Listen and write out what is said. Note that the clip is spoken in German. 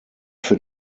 für